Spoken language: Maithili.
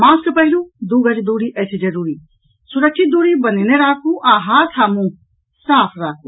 मास्क पहिरू दू गज दूरी अछि जरूरी सुरक्षित दूरी बनौने राखू आ हाथ आ मुंह साफ राखू